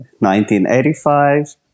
1985